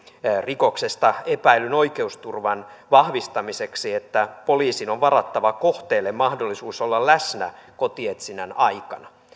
rikoksesta epäillyn oikeusturvan vahvistamiseksi että poliisin on varattava kohteelle mahdollisuus olla läsnä kotietsinnän aikana